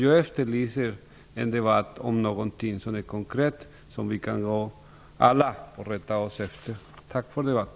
Jag efterlyser en debatt om någonting som är konkret, som vi alla kan rätta oss efter. Tack för debatten!